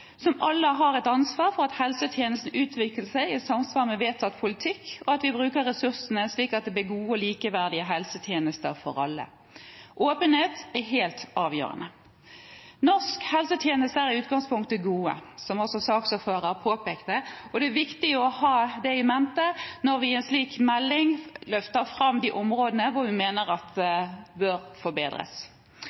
Alle har et ansvar for at helsetjenestene utvikler seg i samsvar med vedtatt politikk, og at vi bruker ressursene slik at det blir gode og likeverdige helsetjenester for alle. Åpenhet er helt avgjørende. Norske helsetjenester er i utgangspunktet gode, som også saksordføreren påpekte. Det er viktig å ha det i mente når vi i en slik melding løfter fram de områdene vi mener bør forbedres.